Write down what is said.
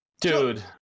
Dude